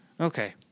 okay